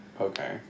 okay